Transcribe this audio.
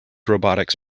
robotix